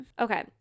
Okay